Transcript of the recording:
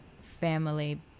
family